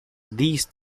these